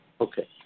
Okay